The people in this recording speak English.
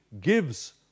gives